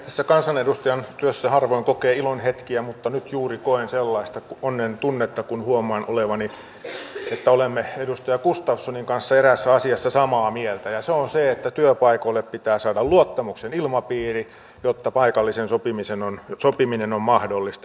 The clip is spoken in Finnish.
tässä kansanedustajan työssä harvoin kokee ilon hetkiä mutta nyt juuri koen sellaista onnen tunnetta kun huomaan että olemme edustaja gustafssonin kanssa eräässä asiassa samaa mieltä ja se on se että työpaikoille pitää saada luottamuksen ilmapiiri jotta paikallinen sopiminen on mahdollista